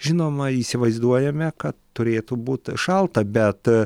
žinoma įsivaizduojame kad turėtų būt šalta bet